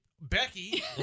Becky